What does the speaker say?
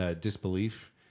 disbelief